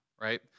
right